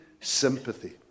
sympathy